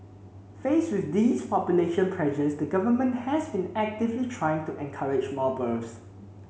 faced with these population pressures the Government has been actively trying to encourage more births